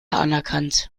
anerkannt